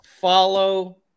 follow